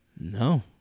No